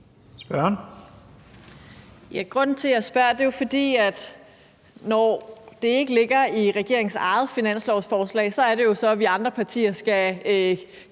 Grunden til, at jeg spørger, er jo, at når det ikke ligger i regeringens eget finanslovsforslag, er det jo så, at vi andre partier skal